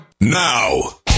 now